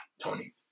Tony